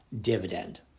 dividend